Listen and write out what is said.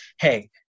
hey